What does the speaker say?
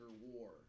War